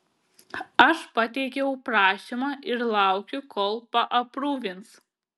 aš pateikiau prašymą ir laukiu kol paaprūvins